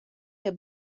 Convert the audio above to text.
der